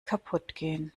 kaputtgehen